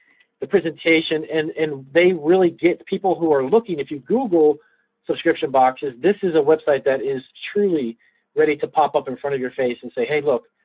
the presentation, and they really get people who are looking. if you google subscription boxes, this is a website that is truly ready to pop up in front of your face and say, hey look,